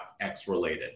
X-related